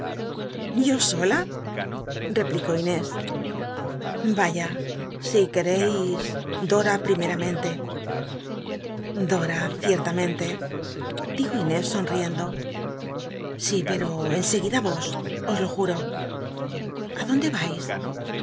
yo sola j vaya si r ucrri ljora primeamenlc dora cierlmnenlr dijo inés sondendo si pero en cguicla o os lo juro a dónde ais